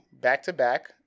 back-to-back